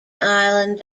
island